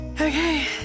Okay